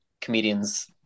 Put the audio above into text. comedians